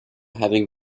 having